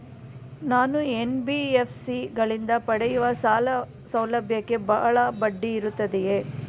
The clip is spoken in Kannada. ನಾನು ಎನ್.ಬಿ.ಎಫ್.ಸಿ ಗಳಿಂದ ಪಡೆಯುವ ಸಾಲ ಸೌಲಭ್ಯಕ್ಕೆ ಬಹಳ ಬಡ್ಡಿ ಇರುತ್ತದೆಯೇ?